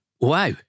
wow